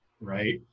Right